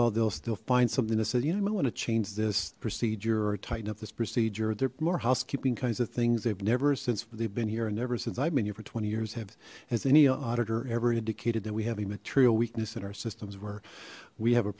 while they'll still find something that says you know i might want to change this procedure or tighten up this procedure they're more housekeeping kinds of things they've never since they've been here and ever since i've been here for twenty years have has any auditor ever indicated that we have a material weakness in our systems where we have a